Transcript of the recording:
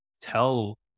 tell